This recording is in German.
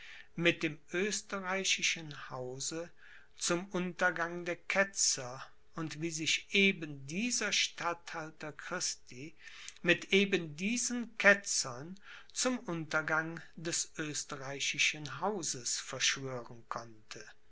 mit dem österreichischen hause zum untergang der ketzer und wie sich eben dieser statthalter christi mit eben diesen ketzern zum untergang des österreichischen hauses verschwören konnte